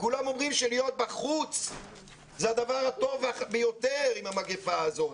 כולם אומרים שלהיות בחוץ זה הדבר הטוב ביותר בזמן המגפה הזאת.